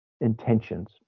intentions